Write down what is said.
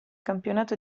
campionato